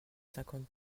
cinquante